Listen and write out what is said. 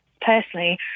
personally